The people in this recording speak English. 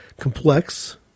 complex